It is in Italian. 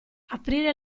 aprire